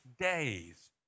days